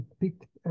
picked